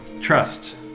trust